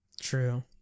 True